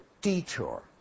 detour